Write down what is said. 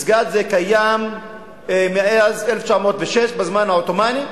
מסגד זה קיים מאז 1906, מזמן העות'מאנים,